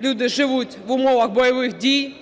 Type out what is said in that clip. люди живуть в умовах бойових дій,